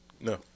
No